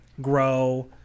grow